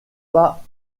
pas